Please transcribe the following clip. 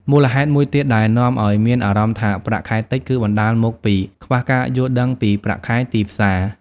មូលហេតុមួយទៀតដែលនាំឲ្យមានអារម្មណ៍ថាប្រាក់ខែតិច គឺបណ្តាលមកពី ខ្វះការយល់ដឹងពីប្រាក់ខែទីផ្សារ។